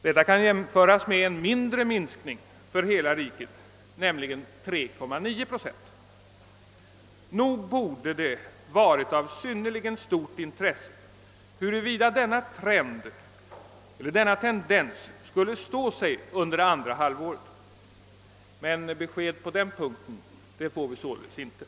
Detta kan jämföras med en mindre minskning för hela riket, nämligen 3,9 procent. Nog borde det ha varit av synnerligen stort intresse att ha fått veta huruvida denna tendens skulle stå sig under det andra halvåret. Men besked på den punkten får vi således inte.